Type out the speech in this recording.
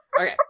Okay